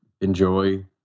enjoy